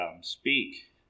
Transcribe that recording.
speak